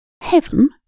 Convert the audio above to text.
heaven